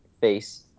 face